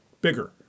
bigger